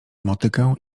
motykę